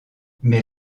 mais